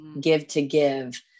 give-to-give